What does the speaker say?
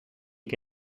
che